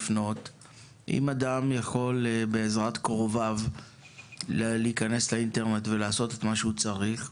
או בעזרת קרוביו להיכנס לאינטרנט ולעשות את מה שהוא צריך,